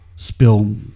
spill